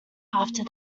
after